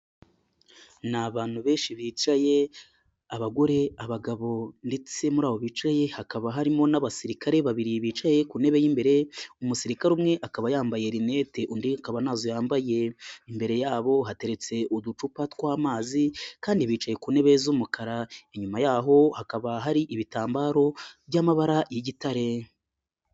Ni abantu benshi bicaye, abagore, abagabo ndetse muri abo bicaye hakaba harimo n'abasirikare babiri bicaye ku ntebe y'imbere, umusirikare umwe akaba yambaye rinete, undi akaba ntazo yambaye, imbere yabo hateretse uducupa tw'amazi kandi bicaye ku ntebe z'umukara, inyuma yaho hakaba hari ibitambaro by'amabara y'igitare.